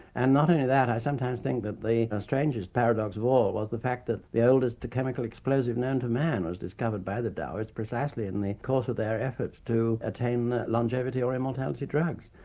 and not only that i sometimes think that the strangest paradox of all was the fact that the oldest chemical explosive known to man was discovered by the taoists, precisely in the course of their efforts to attain longevity or immortality drugs.